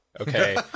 Okay